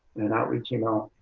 an outreach email,